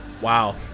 wow